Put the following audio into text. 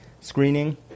screening